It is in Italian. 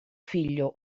figlio